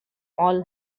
all